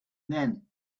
then